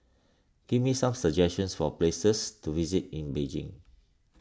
give me some suggestions for places to visit in Beijing